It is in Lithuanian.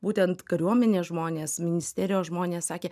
būtent kariuomenės žmonės ministerijos žmonės sakė